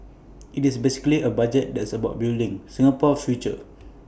IT is basically A budget that's about building Singapore's future